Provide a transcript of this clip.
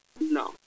no